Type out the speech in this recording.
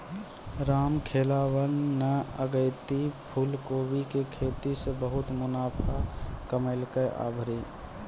रामखेलावन न अगेती फूलकोबी के खेती सॅ बहुत मुनाफा कमैलकै आभरी